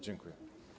Dziękuję.